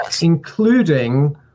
including